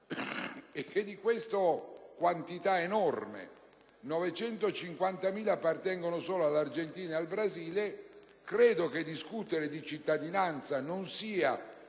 e che di questa quantità enorme 950.000 riguardano solo Argentina e Brasile, credo che discutere di cittadinanza non sia